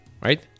right